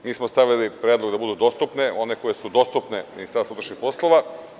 Mi smo stavili predlog da budu dostupne, one koje su dostupne Ministarstvu unutrašnjih poslova.